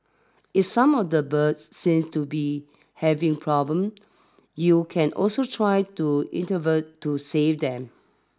if some of the birds seem to be having problems you can also try to intervene to save them